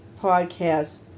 podcast